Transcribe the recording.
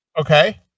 Okay